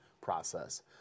process